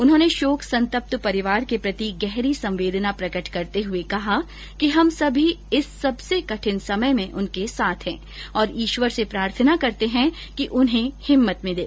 उन्होंने शोक संतप्त परिवार के प्रति गहरी संवेदना प्रकट करते हुए कहा कि हम सभी इस सबसे कठिन समय में उनके साथ हैं और ईश्वर से प्रार्थना करते हैं कि उन्हें हिम्मत मिले